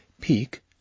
Peak